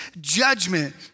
judgment